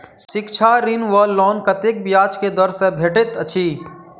शिक्षा ऋण वा लोन कतेक ब्याज केँ दर सँ भेटैत अछि?